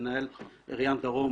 מנהל ריאן דרום,